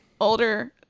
older